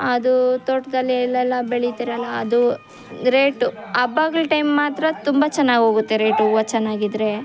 ಅದೂ ತೋಟದಲ್ಲಿ ಎಲ್ಲೆಲ್ಲ ಬೆಳೀತಿರಲ್ಲ ಅದು ಗ್ರೇಟು ಹಬ್ಬಗಳು ಟೈಮ್ ಮಾತ್ರ ತುಂಬ ಚೆನ್ನಾಗಿ ಹೋಗುತ್ತೆ ರೇಟು ಹೂವು ಚೆನ್ನಾಗಿದ್ರೆ